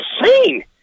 insane